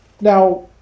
Now